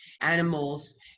animals